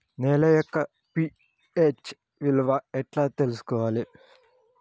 నేల యొక్క పి.హెచ్ విలువ ఎట్లా తెలుసుకోవాలి?